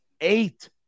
Eight